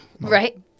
Right